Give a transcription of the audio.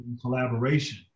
collaboration